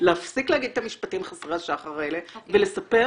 להפסיק להגיד את המשפטים חסרי השחר האלה ולספר,